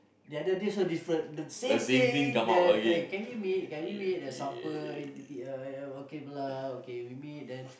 the other day so different the same thing then can we meet can we meet at supper okay blah okay we meet then